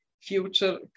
future